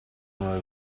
una